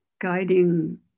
guiding